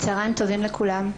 צוהריים טובים לכולם.